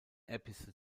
episode